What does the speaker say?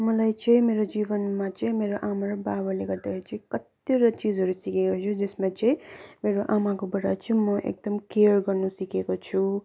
मलाई चाहिँ मेरो जीवनमा चाहिँ मेरो आमा र बाबाले गर्दाखेरि चाहिँ कतिवटा चिजहरू सिकेको छु जसमा चाहिँ मेरो आमाकोबाट चाहिँ म एकदम केयर गर्नु सिकेको छु